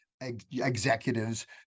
executives